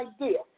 idea